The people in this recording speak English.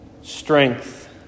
Strength